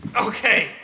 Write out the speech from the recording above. Okay